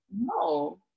No